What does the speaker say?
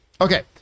Okay